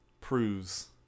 proves